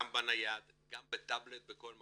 גם בנייד, גם בטאבלט, בכל מקום.